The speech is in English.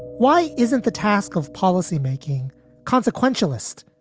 why isn't the task of policy making consequentialist,